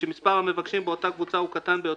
ושמספר המבקשים באותה קבוצה הוא הקטן ביותר,